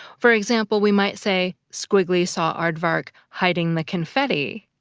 for example, we might say, squiggly saw aardvark hiding the confetti.